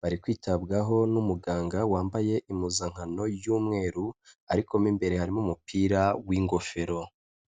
bari kwitabwaho n'umuganga wambaye impuzankano y'umweru ariko mo imbere harimo umupira w'ingofero.